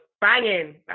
banging